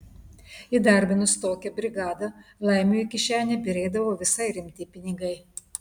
įdarbinus tokią brigadą laimiui į kišenę byrėdavo visai rimti pinigai